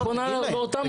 היא פונה לאותם מוקדים.